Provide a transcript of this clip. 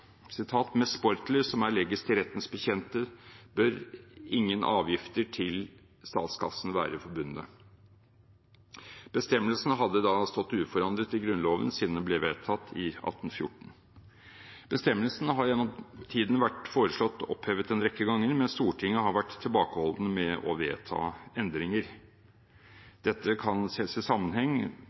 Sportler, som erlægges til Rettens Betjente, bør ingen Afgifter til Statskassen være forbundne.» Bestemmelsen hadde da stått uforandret i Grunnloven siden den ble vedtatt i 1814. Bestemmelsen har gjennom tiden vært foreslått opphevet en rekke ganger, men Stortinget har vært tilbakeholden med å vedta endringer. Dette kan ses i sammenheng